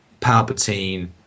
palpatine